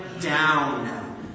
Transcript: down